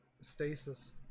Stasis